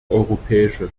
europäische